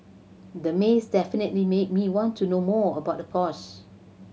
the maze definitely made me want to know more about the course